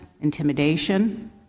intimidation